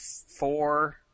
four